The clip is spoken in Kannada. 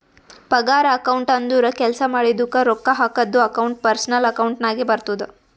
ಪಗಾರ ಅಕೌಂಟ್ ಅಂದುರ್ ಕೆಲ್ಸಾ ಮಾಡಿದುಕ ರೊಕ್ಕಾ ಹಾಕದ್ದು ಅಕೌಂಟ್ ಪರ್ಸನಲ್ ಅಕೌಂಟ್ ನಾಗೆ ಬರ್ತುದ